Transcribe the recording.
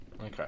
Okay